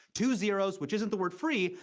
two zeros, which isn't the word free,